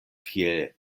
kiel